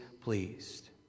pleased